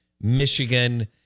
Michigan